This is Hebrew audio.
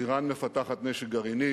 אירן מפתחת נשק גרעיני.